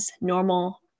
normal